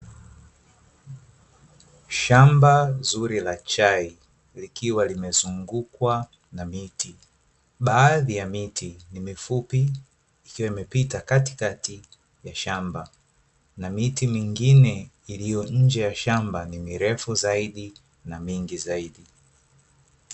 Shamba zuri la chai likiwa limezungukwa na miti baadhi ya miti ni mifupi ikiwa imepita katikati ya shamba, na miti mingine iliyo nje ya shamba ni mirefu zaidi na mingi zaidi.